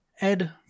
Ed